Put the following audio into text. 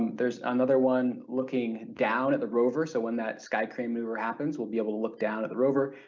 there's another one looking down at the rover so when that sky cream maneuver happens we'll be able to look down at the rover,